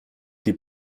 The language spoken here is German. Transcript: die